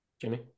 Jimmy